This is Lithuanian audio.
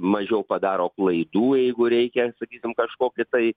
mažiau padaro klaidų jeigu reikia sakykim kažkokį tai